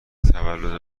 تولد